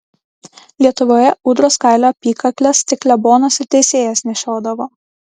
lietuvoje ūdros kailio apykakles tik klebonas ir teisėjas nešiodavo